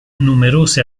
numerose